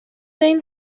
این